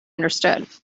understood